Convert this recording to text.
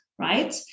Right